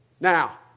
Now